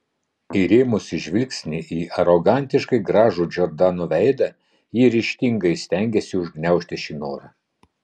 įrėmusi žvilgsnį į arogantiškai gražų džordano veidą ji ryžtingai stengėsi užgniaužti šį norą